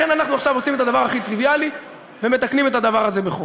לכן אנחנו עכשיו עושים את הדבר הכי טריוויאלי ומתקנים את הדבר הזה בחוק.